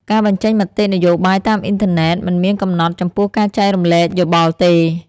ការបញ្ចេញមតិនយោបាយតាមអ៊ីនធឺណិតមិនមានកំណត់ចំពោះការចែករំលែកយោបល់ទេ។